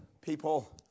people